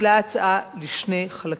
פוצלה ההצעה לשני חלקים.